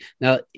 Now